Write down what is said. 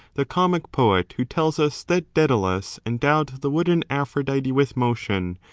the comic poet, who tells us that daedalus endowed the wooden aphrodite with motion,